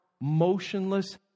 motionless